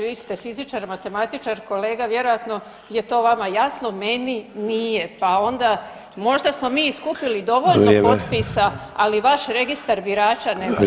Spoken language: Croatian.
Vi ste fizičar i matematičar, kolega vjerojatno je to vama jasno, meni nije, pa onda možda smo mi i skupili dovoljno potpisa, ali vaš registar birača ne valja.